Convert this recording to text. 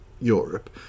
Europe